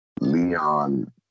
Leon